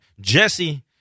Jesse